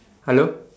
hello